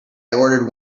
ordered